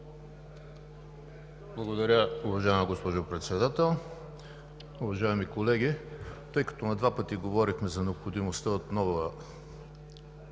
Благодаря, уважаема госпожо Председател. Уважаеми колеги, тъй като на два пъти говорихме за необходимостта от нова